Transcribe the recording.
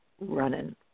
running